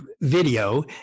video